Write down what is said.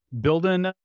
building